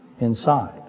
inside